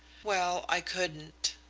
well, i couldn't.